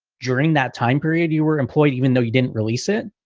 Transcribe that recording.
during that time period you were employed, even though you didn't release it.